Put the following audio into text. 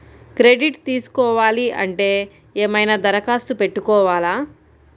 Credit తీసుకోవాలి అంటే ఏమైనా దరఖాస్తు పెట్టుకోవాలా?